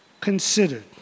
considered